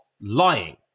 lying